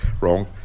wrong